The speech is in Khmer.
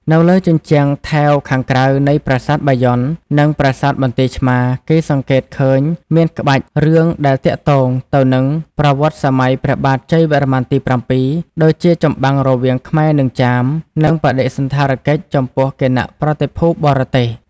នៅ លើជញ្ជាំងថែវខាងក្រៅនៃប្រាសាទបាយ័ននិងប្រាសាទបន្ទាយឆ្មារ គេសង្កេត ឃើញមានក្បាច់រឿងដែលទាក់ទងទៅនឹងប្រវត្តិសម័យព្រះបាទជ័យវរ្ម័នទី ៧ ដូចជាចម្បាំងរវាងខ្មែរនិងចាម និងបដិសណ្ឋារកិច្ចចំពោះគណៈប្រតិភូបរទេស។